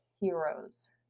HEROES